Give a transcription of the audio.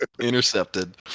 Intercepted